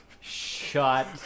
Shut